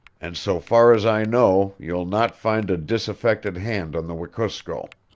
and so far as i know you'll not find a disaffected hand on the wekusko.